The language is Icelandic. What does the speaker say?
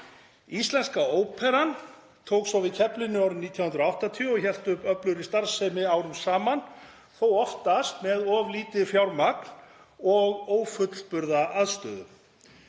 Íslenska óperan tók svo við keflinu árið 1980 og hélt uppi öflugri starfsemi árum saman, þó oftast með of lítið fjármagn og ófullburða aðstöðu.